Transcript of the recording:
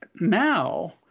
Now